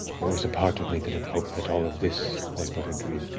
there was a part of me that had hoped that all of this was but a dream.